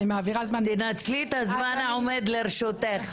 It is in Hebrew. תנצלי את הזמן העומד לרשותך.